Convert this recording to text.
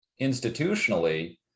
institutionally